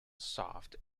soft